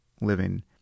living